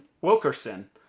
Wilkerson